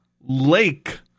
Lake